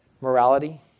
morality